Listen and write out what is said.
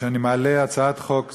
שאני מעלה הצעת חוק זו,